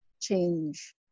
change